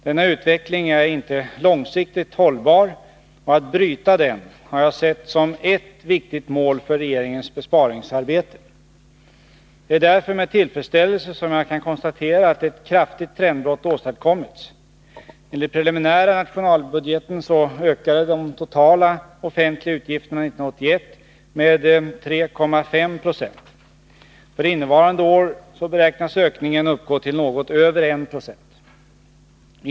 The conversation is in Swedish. Denna utveckling är inte långsiktigt hållbar, och att bryta den har jag sett som ett viktigt mål för regeringens besparingsarbete. Det är därför med tillfredsställelse som jag kan konstatera att ett kraftigt trendbrott åstadkommits. Enligt den preliminära nationalbudgeten ökade de totala offentliga utgifterna 1981 med 3,5 26. För innevarande år beräknas ökningen uppgå till något över 1 90.